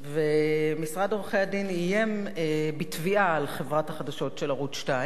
ומשרד עורכי-הדין איים בתביעה על חברת החדשות של ערוץ-2,